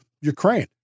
Ukraine